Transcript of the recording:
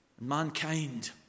Mankind